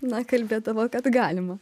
na kalbėdavo kad galima